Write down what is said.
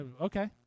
okay